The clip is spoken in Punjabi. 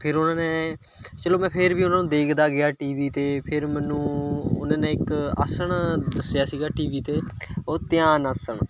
ਫਿਰ ਉਹਨਾਂ ਨੇ ਚਲੋ ਮੈਂ ਫਿਰ ਵੀ ਉਨ੍ਹਾਂ ਨੂੰ ਦੇਖਦਾ ਗਿਆ ਟੀ ਵੀ 'ਤੇ ਫਿਰ ਮੈਨੂੰ ਉਨ੍ਹਾਂ ਨੇ ਇੱਕ ਆਸਨ ਦੱਸਿਆ ਸੀਗਾ ਟੀ ਵੀ ਤੇ ਉਹ ਧਿਆਨ ਆਸਨ